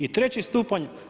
I treći stupanj.